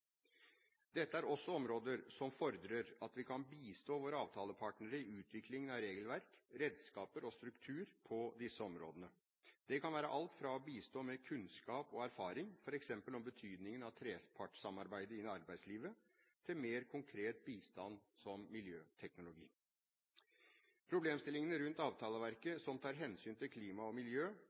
Dette er også områder som fordrer at vi kan bistå våre avtalepartnere i utviklingen av regelverk, redskaper og struktur. Det kan være alt fra å bistå med kunnskap og erfaring, f.eks. om betydningen av trepartssamarbeidet i arbeidslivet, til mer konkret bistand, som miljøteknologi. Problemstillingene rundt avtaleverket som tar hensyn til klima og miljø,